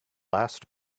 last